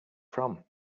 from